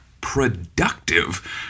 productive